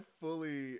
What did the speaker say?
fully